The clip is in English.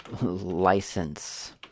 license